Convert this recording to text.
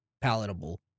Palatable